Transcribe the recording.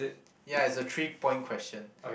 ya it's a three point question